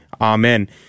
amen